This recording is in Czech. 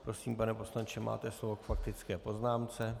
Prosím, pane poslanče, máte slovo k faktické poznámce.